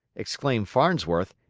exclaimed farnsworth.